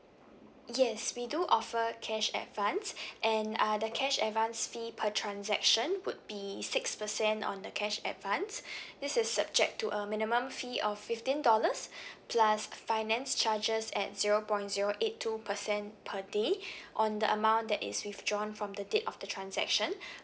yes we do offer cash advance and uh the cash advance fee per transaction would be six percent on the cash advance this is subject to a minimum fee of fifteen dollars plus finance charges at zero point zero eight two percent per day on the amount that is withdrawn from the date of the transaction